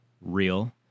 real